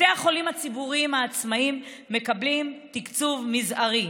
בתי החולים הציבוריים העצמאיים מקבלים תקצוב זעיר.